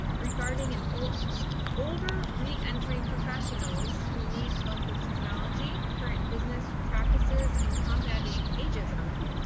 regarding an older older reentry professionals who need help with technology, current and business practices, and combating ages um